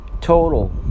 Total